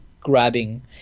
grabbing